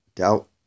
Doubt